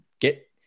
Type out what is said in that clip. get